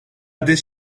adet